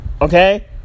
Okay